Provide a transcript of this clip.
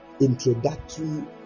introductory